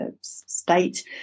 state